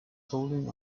holding